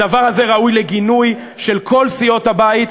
הדבר הזה ראוי לגינוי של כל סיעות הבית,